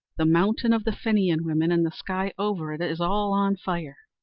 the mountain of the fenian women and the sky over it is all on fire